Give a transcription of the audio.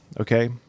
Okay